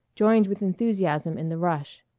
joined with enthusiasm in the rush.